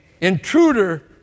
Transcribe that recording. intruder